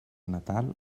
natal